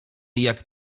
jak